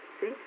See